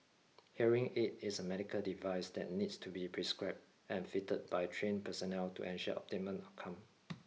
hearing aid is a medical device that needs to be prescribed and fitted by trained personnel to ensure optimum outcome